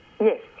Yes